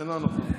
אינה נוכחת.